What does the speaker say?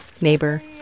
neighbor